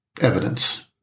evidence